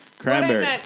Cranberry